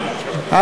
ידני, אפשר.